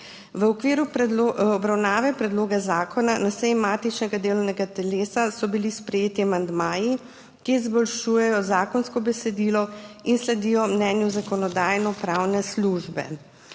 V okviru obravnave predloga zakona na seji matičnega delovnega telesa so bili sprejeti amandmaji, ki izboljšujejo zakonsko besedilo in sledijo mnenju Zakonodajno-pravne službe.